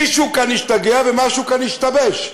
מישהו כאן השתגע ומשהו כאן השתבש.